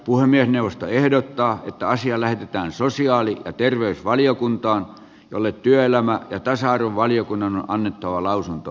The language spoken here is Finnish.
puhemiesneuvosto ehdottaa että asia lähetetään sosiaali ja terveysvaliokuntaan jolle työelämä ja tasa arvovaliokunnan on annettava lausunto